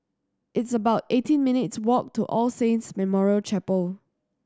it's about eighteen minutes' walk to All Saints Memorial Chapel